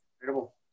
incredible